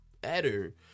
better